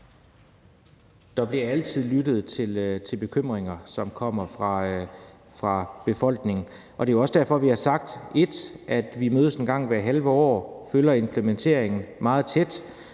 Der bliver altid lyttet til bekymringer, som kommer fra befolkningen. Det er jo også derfor, at vi har sagt, at vi mødes en gang hvert halve år og følger implementeringen meget tæt,